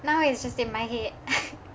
now it's just in my head